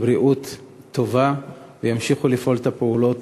לבריאות טובה, וימשיכו לפעול את הפעולות